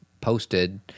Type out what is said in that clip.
posted